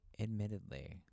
admittedly